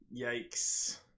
Yikes